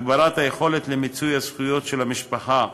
הגברת היכולת למיצוי הזכויות של המשפחה,